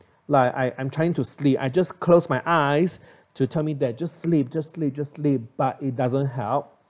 like I I'm trying to sleep I just close my eyes to tell me that just sleep just sleep just sleep but it doesn't help